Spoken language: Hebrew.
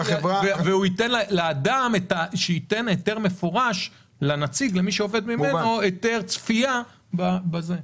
שהאדם ייתן היתר מפורש לנציג, היתר צפייה במידע.